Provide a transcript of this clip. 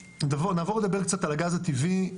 נעבור לדבר קצת על הגז הטבעי,